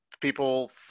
people